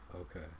okay